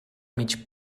mig